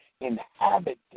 inhabited